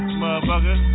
motherfucker